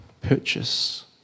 Purchase